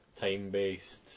time-based